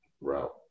route